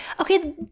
okay